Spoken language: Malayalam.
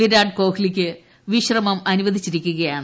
വിരാട് കോഹ്ലിയ്ക്ക് വിശ്രമമനുവദിച്ചിരിക്കുകയാണ്